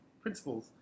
principles